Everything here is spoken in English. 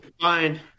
Fine